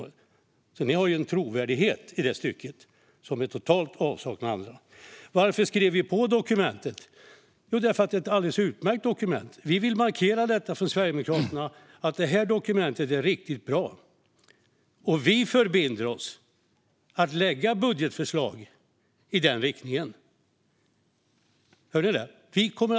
Liberalerna har en trovärdighet i det stycket som de andra totalt saknar. Varför skrev vi på dokumentet? Jo, därför att det är ett alldeles utmärkt dokument. Från Sverigedemokraterna vill vi markera att det här dokumentet är riktigt bra. Vi förbinder oss också att lägga fram budgetförslag i den riktningen. Hörde ni det?